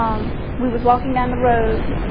um we was walking down the road.